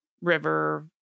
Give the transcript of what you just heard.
river